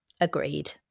agreed